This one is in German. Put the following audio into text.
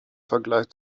vergleich